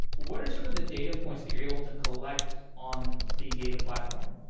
what are some of the data points that you're able to collect on the data platform?